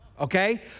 Okay